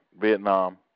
Vietnam